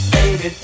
Baby